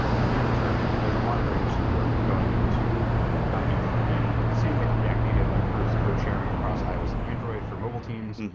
in the near term, there's a lot of very interesting work going into improving like the same way that react native improves co-chairing across ios and android for mobile teams.